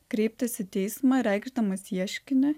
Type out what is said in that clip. kreiptis į teismą reikšdamas ieškinį